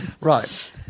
Right